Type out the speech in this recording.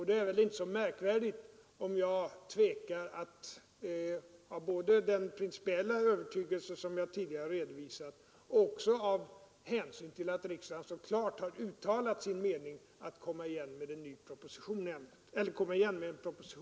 Det är väl då inte så märkvärdigt om jag — både av den principiella övertygelse som jag tidigare har redovisat och av hänsyn till att riksdagen klart har uttalat sin mening — tvekar att komma igen med en proposition i ämnet.